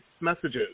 messages